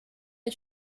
est